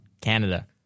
Canada